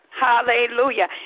Hallelujah